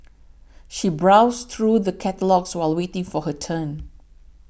she browsed through the catalogues while waiting for her turn